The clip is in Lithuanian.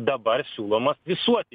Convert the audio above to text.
dabar siūlomas visuotinis